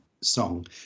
song